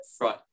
Right